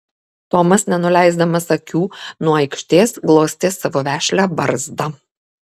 tomas nenuleisdamas akių nuo aikštės glostė savo vešlią barzdą